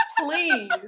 please